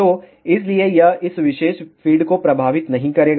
तो इसलिए यह इस विशेष फ़ीड को प्रभावित नहीं करेगा